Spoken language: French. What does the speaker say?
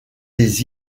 des